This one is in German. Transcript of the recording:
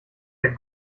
der